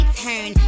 turn